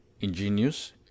ingenious